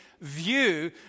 view